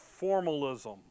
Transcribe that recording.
formalism